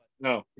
no